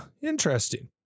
interesting